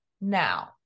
now